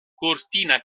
cortina